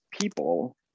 people